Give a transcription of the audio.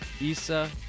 Issa